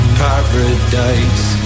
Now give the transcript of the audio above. paradise